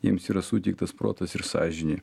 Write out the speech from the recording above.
jiems yra suteiktas protas ir sąžinė